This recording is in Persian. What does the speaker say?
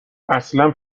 اصلا